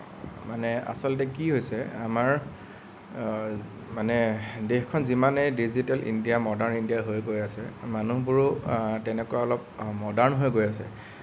মানে আচলতে কি হৈছে আমাৰ মানে দেশখন যিমানেই ডিজিটেল ইণ্ডিয়া মডাৰ্ণ ইণ্ডিয়া হৈ গৈ আছে মানুহবোৰো তেনেকুৱা অলপ মডাৰ্ণ হৈ গৈ আছে